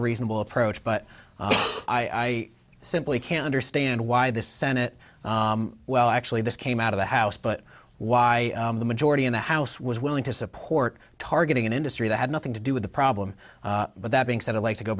reasonable approach but i simply can't understand why the senate well actually this came out of the house but why the majority in the house was willing to support targeting an industry that had nothing to do with the problem but that being said i'd like to go